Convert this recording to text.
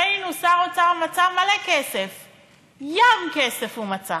ראינו, שר האוצר מצא מלא כסף, ים כסף הוא מצא.